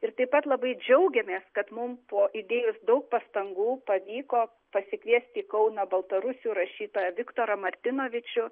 ir taip pat labai džiaugiamės kad mum po įdėjus daug pastangų pavyko pasikviesti į kauną baltarusių rašytoją viktorą martinovičių